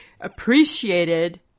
appreciated